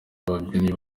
ababyinnyi